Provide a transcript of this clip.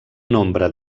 nombre